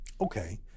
Okay